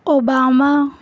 obama